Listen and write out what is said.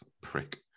Prick